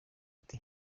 ati